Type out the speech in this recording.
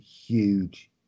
huge